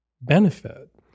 benefit